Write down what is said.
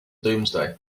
doomsday